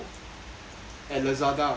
at Lazada